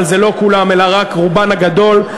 אבל זה לא כולן אלא רק רובן הגדול,